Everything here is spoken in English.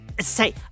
Say